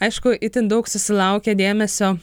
aišku itin daug susilaukė dėmesio